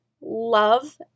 love